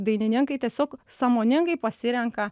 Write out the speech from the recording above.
dainininkai tiesiog sąmoningai pasirenka